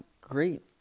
great